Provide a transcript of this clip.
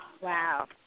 Wow